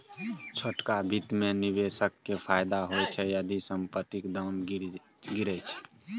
छोटका बित्त मे निबेशक केँ फायदा होइ छै जदि संपतिक दाम गिरय छै